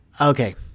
Okay